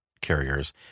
carriers